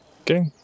Okay